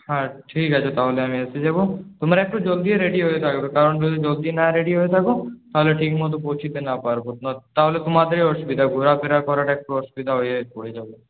হ্যাঁ ঠিক আছে তাহলে আমি এসে যাব তোমরা একটু জলদি রেডি হয়ে থাকবে কারণ যদি জলদি না রেডি হয়ে থাকো তাহলে ঠিক মতো পৌঁছতে না পারব তাহলে তোমাদের অসুবিধা হবে ঘোরাফেরা করাটা একটু অসুবিধায় পড়ে যাব